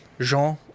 Jean